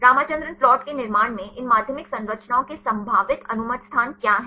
Ramachandran plot के निर्माण में इन माध्यमिक संरचनाओं के संभावित अनुमत स्थान क्या हैं